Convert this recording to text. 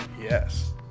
yes